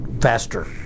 faster